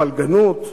לפלגנות,